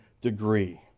degree